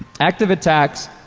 active attacks,